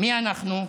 מי אנחנו,